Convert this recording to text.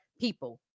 people